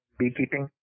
beekeeping